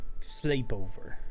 sleepover